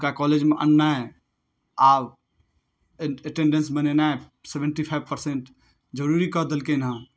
तऽ हुनका कॉलेजमे अननाइ आब एटेंडेन्स बनेनाइ सेभेन्टी फाइप परसेन्ट जरुरी कऽ देलखिन हँ